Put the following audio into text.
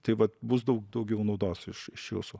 tai vat bus daug daugiau naudos iš iš jūsų